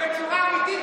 בצורה אמיתית,